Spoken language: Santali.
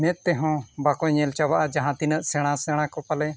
ᱢᱮᱫ ᱛᱮᱦᱚᱸ ᱵᱟᱠᱚ ᱧᱮᱞ ᱪᱟᱵᱟᱜᱼᱟ ᱡᱟᱦᱟᱸ ᱛᱤᱱᱟᱹᱜ ᱥᱮᱬᱟᱼᱥᱮᱬᱟ ᱠᱚ ᱯᱟᱞᱮ